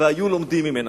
שהיו לומדים ממנה.